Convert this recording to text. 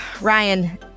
Ryan